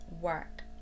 work